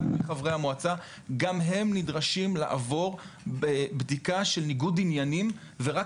גם הם נדרשים לעבור בדיקה של ניגוד עניינים ורק